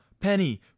Penny